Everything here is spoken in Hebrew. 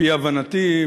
על-פי הבנתי,